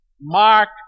Mark